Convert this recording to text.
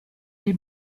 del